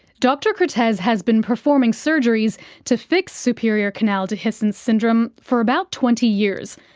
dr kertesz has has been performing surgeries to fix superior canal dehiscence syndrome for about twenty years,